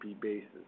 basis